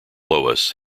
lois